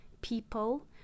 people